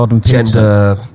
gender